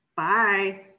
Bye